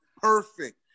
perfect